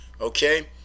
Okay